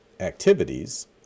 activities